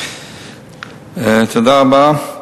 תודה רבה.